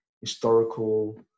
Historical